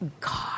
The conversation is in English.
God